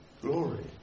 glory